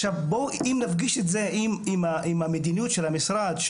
אם נפגיש את זה עם המדיניות של המשרד,